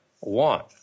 want